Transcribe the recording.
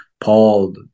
Paul